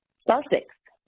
star six.